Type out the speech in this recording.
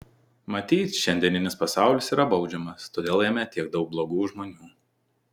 matyt šiandieninis pasaulis yra baudžiamas todėl jame tiek daug blogų žmonių